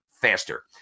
faster